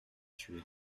tué